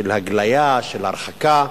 של הגליה, של הרחקה.